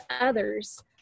others